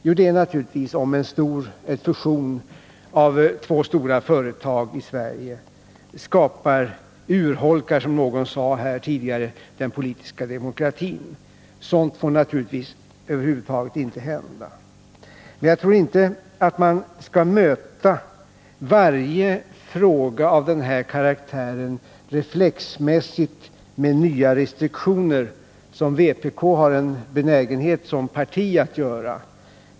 Jo, naturligtvis att en fusion av två stora företag i Sverige skulle, som någon sade här tidigare, urholka den politiska demokratin. Något sådant får naturligtvis över huvud taget inte hända. Men jag tror inte att man skall möta varje fråga av den här karaktären reflexmässigt med nya restriktioner, som vpk har en benägenhet att göra som parti.